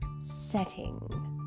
setting